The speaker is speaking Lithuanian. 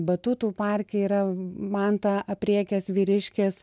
batutų parke yra mantą aprėkęs vyriškis